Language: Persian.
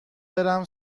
برم